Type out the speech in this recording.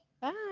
Bye